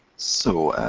so,